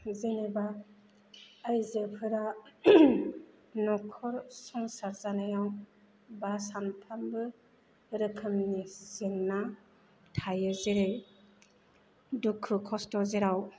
जेनेबा आइजोफोरा न'खर संसार जानायाव बा सानफ्रामबो रोखोमनि जेंना थायो जेरै दुखु खस्थ' जेराव